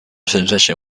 transmission